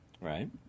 right